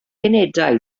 unedau